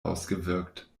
ausgewirkt